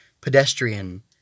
pedestrian